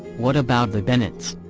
what about the bennett's?